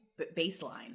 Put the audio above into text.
baseline